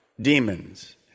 demons